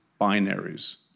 binaries